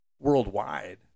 worldwide